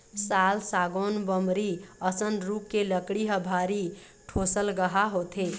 साल, सागौन, बमरी असन रूख के लकड़ी ह भारी ठोसलगहा होथे